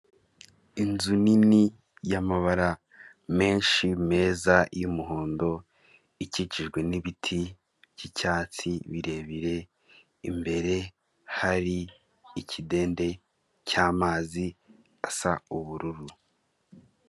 Inzu nini y'amabara menshi meza y'umuhondo, ikikijwe n'ibiti by'icyatsi birebire, imbere hari ikidende cy'amazi asa ubururu.